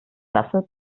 lasse